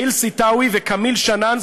האיל סתאוי וכמיל שנאן,